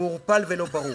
מעורפל ולא ברור.